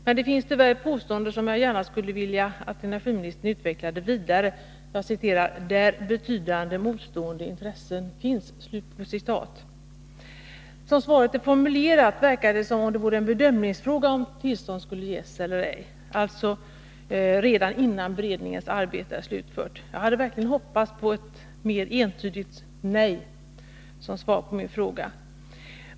Men där finns tyvärr en passus som jag gärna skulle vilja att energiministern utvecklade vidare, nämligen den som gällde fall ”där betydande motstående intressen finns”. Som svaret nu är formulerat verkar det som om det vore en bedömningsfråga om tillstånd skall ges eller ej — detta alltså redan innan beredningens arbete är slutfört. Jag hade verkligen hoppats att få ett mera entydigt nej som svar på min fråga.